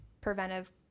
preventive